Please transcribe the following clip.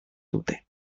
dute